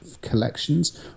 collections